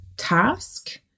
task